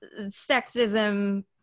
sexism